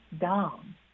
down